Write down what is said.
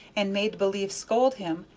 and made believe scold him,